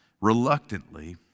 reluctantly